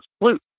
flute